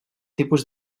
tipus